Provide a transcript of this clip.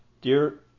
Dear